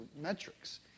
metrics